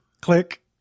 click